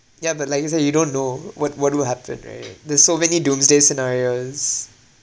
ya but like you said you don't know what what will happen right there's so many doomsday scenarios